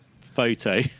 photo